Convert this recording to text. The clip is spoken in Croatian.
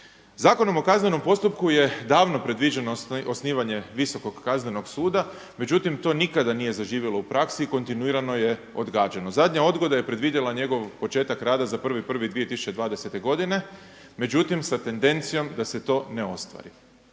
Dakle da pojasnim, ZKP-om je davno predviđeno osnivanje Visokog kaznenog suda, međutim to nikada nije zaživjelo u praksi i kontinuirano je odgađano. Zadnja odgoda je predvidjela njegov početak rada za 1.1.2020. godine, međutim sa tendencijom da se to ne ostvari.